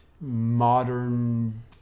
modern